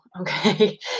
okay